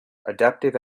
adaptive